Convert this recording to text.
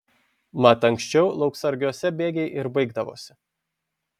mat anksčiau lauksargiuose bėgiai ir baigdavosi